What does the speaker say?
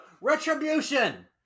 Retribution